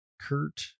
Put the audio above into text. Kurt